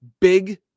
big